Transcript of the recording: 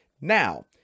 Now